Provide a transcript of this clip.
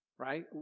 right